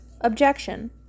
Objection